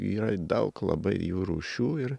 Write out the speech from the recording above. yra daug labai jų rūšių ir